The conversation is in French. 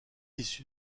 issu